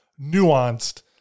nuanced